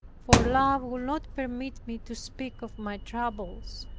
for love would not permit me to speak of my troubles.